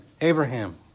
Abraham